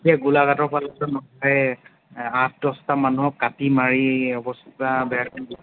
এতিয়া গোলাঘাটৰ ফালে চোন সেই আঠ দহটা মানুহক কাটি মাৰি অৱস্থা বেয়া কৰি দিছে